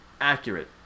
accurate